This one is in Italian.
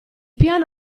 piano